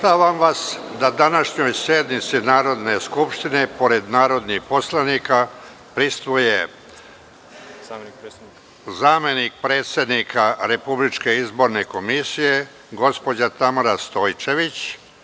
Prvoj (konstitutivnoj) sednici Narodne skupštine, pored narodnih poslanika, prisustvuju zamenik predsednika Republičke izborne komisije gospođa Tamara Stojčević,